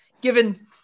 given